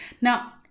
Now